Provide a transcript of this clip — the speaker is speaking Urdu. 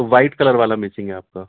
تو وائٹ کلر والا مسنگ ہے آپ کا